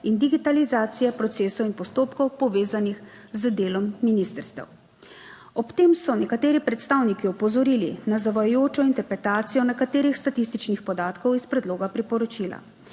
in digitalizacije procesov in postopkov povezanih z delom ministrstev. Ob tem so nekateri predstavniki opozorili na zavajajočo interpretacijo nekaterih statističnih podatkov iz predloga priporočila.